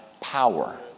power